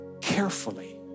carefully